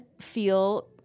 feel